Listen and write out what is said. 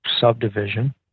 subdivision